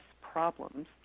problems